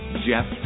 Jeff